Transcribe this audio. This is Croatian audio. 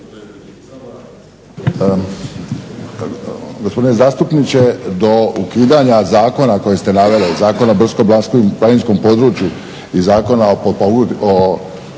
Gospodine zastupniče do ukidanja zakona koji ste naveli Zakon o brdsko-planinskom području i Zakona o